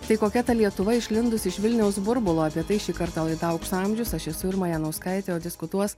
tai kokia ta lietuva išlindus iš vilniaus burbulo apie tai šį kartą laida aukso amžius aš esu irma janauskaitė o diskutuos